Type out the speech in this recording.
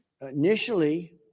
Initially